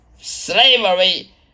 slavery